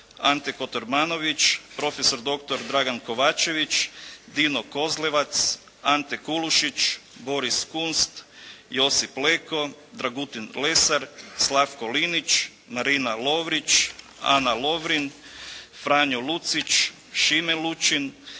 Ante Kotormanović, prof.dr. Dragan Kovačević, Dino Kozlevac, Ante Kulušić, Boris Kunst, Josip Leko, Dragutin Lesar, Slavko Linić, Marina Lovrić, Ana Lovrin, Franjo Lucić, Šime Lučin,